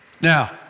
Now